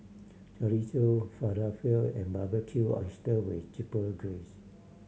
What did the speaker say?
Chorizo Falafel and Barbecue Oyster with Chipotle Glaze